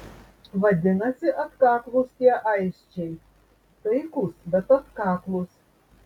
vadinasi atkaklūs tie aisčiai taikūs bet atkaklūs